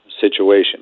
situation